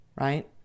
Right